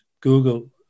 Google